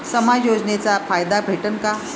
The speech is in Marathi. समाज योजनेचा फायदा भेटन का?